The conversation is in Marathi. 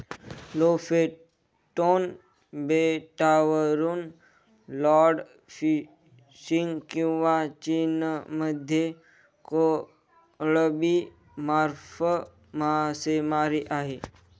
लोफेटोन बेटावरून कॉड फिशिंग किंवा चीनमध्ये कोळंबी फार्म मासेमारी आहे